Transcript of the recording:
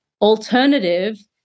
alternative